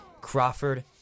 Crawford